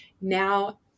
now